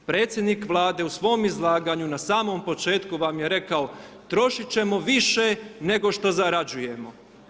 Predsjednik Vlade u svom izlaganju na samom početku vam je rekao, trošiti ćemo više, nego što zarađujemo.